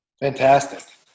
Fantastic